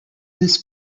this